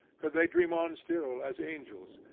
could they dream on still, as angels,